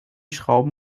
schrauben